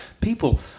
people